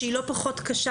שהיא לא פחות קשה,